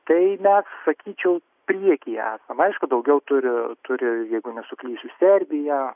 tai mes sakyčiau priekyje esam aišku daugiau turi turi jeigu nesuklysiu serbija